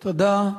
תודה.